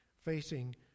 facing